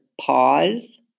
pause